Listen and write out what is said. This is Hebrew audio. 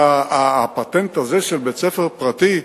הפטנט הזה של בית-ספר פרטי,